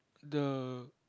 the